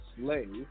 slave